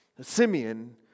Simeon